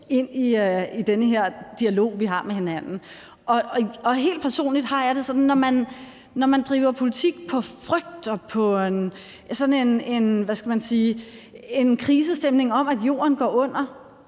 ind i denne her dialog, vi har med hinanden. Helt personligt har jeg det sådan: Når man driver politik på frygt og på sådan en, hvad skal man sige, krisestemning om, at Jorden går under,